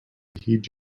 heed